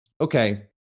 okay